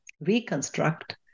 reconstruct